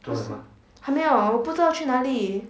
不是还没有我不知道要去哪里